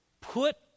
put